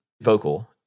vocal